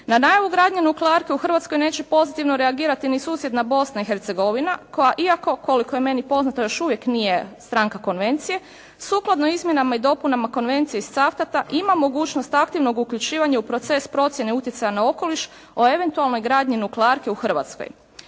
Na najavu gradnje nuklearke u Hrvatskoj neće pozitivno reagirati ni susjedna Bosna i Hercegovina koja iako koliko je meni poznato još uvijek nije stranka konvencije, sukladno izmjenama i dopunama konvencije iz Cavtata ima mogućnost aktivnog uključivanja u proces procjene utjecaja na okoliš o eventualnoj gradnji nuklearke u Hrvatskoj.